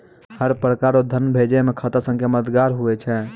हर प्रकार रो धन भेजै मे खाता संख्या मददगार हुवै छै